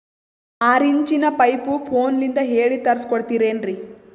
ಆರಿಂಚಿನ ಪೈಪು ಫೋನಲಿಂದ ಹೇಳಿ ತರ್ಸ ಕೊಡ್ತಿರೇನ್ರಿ?